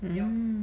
yup